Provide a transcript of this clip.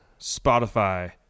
Spotify